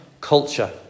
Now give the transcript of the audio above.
culture